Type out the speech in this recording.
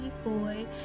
Boy